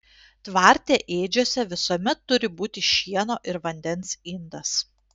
tvarte ėdžiose visuomet turi būti šieno ir vandens indas